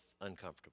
uncomfortable